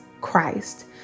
christ